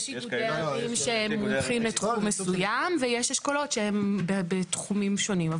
יש איגודי ערים שהם מומחים לתחום מסוים ויש אשכולות שהם בתחומים שונים,